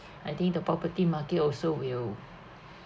I think the property market also will